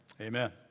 Amen